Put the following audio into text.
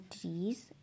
trees